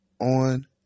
on